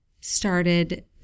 started